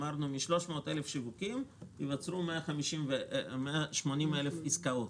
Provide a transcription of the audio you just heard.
אמרנו: מ-300,000 שיווקים ייווצרו 180,000 עסקאות.